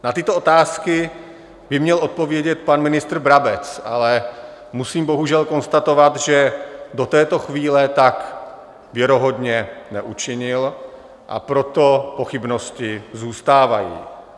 Na tyto otázky by měl odpovědět pan ministr Brabec, ale musím bohužel konstatovat, že do této chvíle tak věrohodně neučinil, a proto pochybnosti zůstávají.